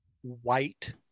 white